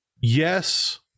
yes